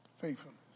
Faithfulness